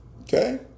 Okay